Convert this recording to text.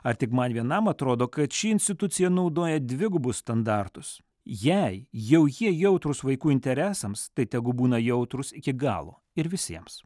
ar tik man vienam atrodo kad ši institucija naudoja dvigubus standartus jei jau jie jautrūs vaikų interesams tai tegu būna jautrūs iki galo ir visiems